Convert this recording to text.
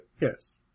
Yes